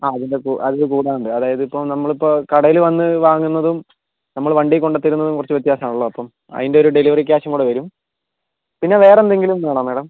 അ അതിൻ്റെ അതിൻ്റെ കൂടെയുണ്ട് അതായതിപ്പോ നമ്മളിപ്പോ കടയില് വന്ന് വാങ്ങുന്നതും നമ്മള് വണ്ടീകൊണ്ട് തരുന്നതും കുറച്ച് വ്യത്യാസാണല്ലോ അപ്പോ അതിൻ്റൊരു ഡെലിവറി ക്യാഷും കൂടെ വരും പിന്നെ വേറെ എന്തെങ്കിലും വേണോ മാഡം